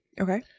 Okay